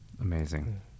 Amazing